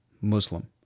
Muslim